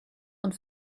und